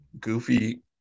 goofy